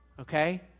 okay